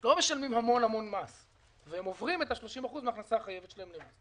לא משלמים המון מס והם עוברים את ה-30% מן ההכנסה החייבת שלהם.